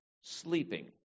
sleeping